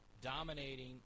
dominating